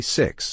six